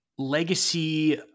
Legacy